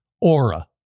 Aura